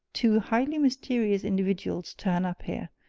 two highly mysterious individuals turn up here,